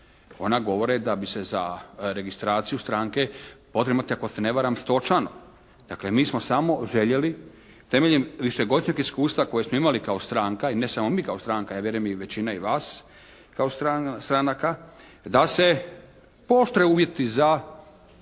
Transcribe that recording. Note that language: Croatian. ona govore da bi se za registraciju stranke potrebno imati ako se ne varam 100 članova. Dakle mi smo samo željeli temeljem višegodišnjeg iskustva kojeg smo imali kao stranka i ne samo mi kao stranka, ja vjerujem i većina i vas kao stranaka, da se pooštre uvjeti za